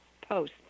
post